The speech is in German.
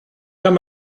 kann